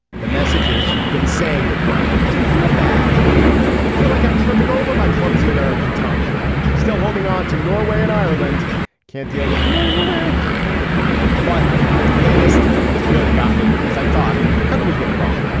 the messages you've been saying it wrong makes me feel bad makes me feel like i'm tripping over my clumsy american tongue still holding on to norway and ireland can't deal with norway but the latest and this really got me because i thought how could we get it wrong.